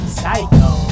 Psycho